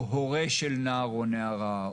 או הורה של נער או נערה,